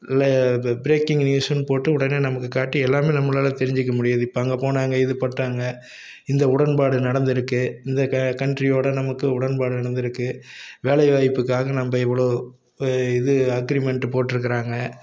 ல பிரேக்கிங் நியூஸுன்னு போட்டு உடனே நமக்கு காட்டி எல்லாமே நம்மளால் தெரிஞ்சிக்க முடியுது இப்போ அங்கே போனாங்க இது பண்ணிடாங்க இந்த உடன்பாடு நடந்துருக்குது இந்த க கன்ட்ரியோட நமக்கு உடன்பாடு நடந்துருக்குது வேலை வாய்ப்புக்காக நம்ம இவ்வளோ இது அக்ரிமெண்ட் போட்டிருக்குறாங்க